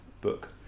book